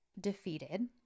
defeated